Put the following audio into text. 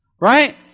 right